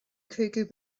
cúigiú